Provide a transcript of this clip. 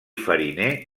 fariner